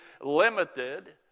limited